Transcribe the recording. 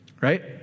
right